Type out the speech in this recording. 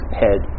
head